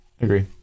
Agree